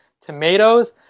tomatoes